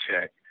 check